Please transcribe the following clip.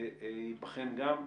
זה ייבחן גם.